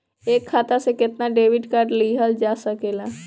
एक खाता से केतना डेबिट कार्ड लेहल जा सकेला?